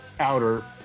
outer